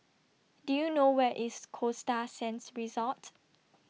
Do YOU know Where IS Costa Sands Resort